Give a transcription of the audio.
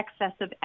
excessive